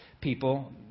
people